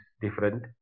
different